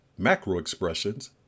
macroexpressions